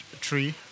tree